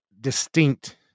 Distinct